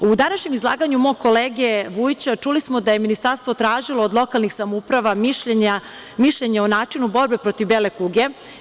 U današnjem izlaganju mog kolege Vujića čuli smo da je ministarstvo tražilo od lokalnih samouprava mišljenje o načinu borbe protiv bele kuge.